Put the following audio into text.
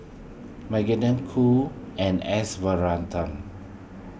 Magdalene Khoo and S Varathan